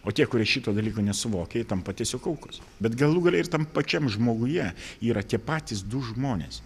o tie kurie šito dalyko nesuvokia jie tampa tiesiog aukos bet galų gale ir tam pačiam žmoguje yra tie patys du žmonės